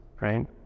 right